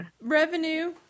revenue